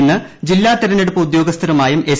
ഇന്ന് ജില്ലാ തിരഞ്ഞെടുപ്പ് ഉദ്യോഗസ്ഥരുമായും എസ്